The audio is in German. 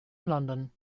london